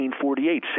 1948